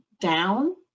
down